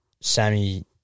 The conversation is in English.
Sammy